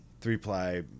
three-ply